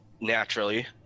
Naturally